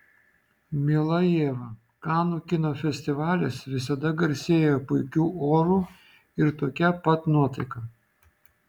miela ieva kanų kino festivalis visada garsėjo puikiu oru ir tokia pat nuotaika